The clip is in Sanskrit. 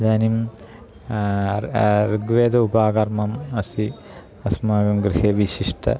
इदानीं ऋग्वेद उपाकर्मा अस्ति अस्माकं गृहे विशिष्ट